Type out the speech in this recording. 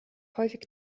häufig